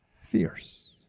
fierce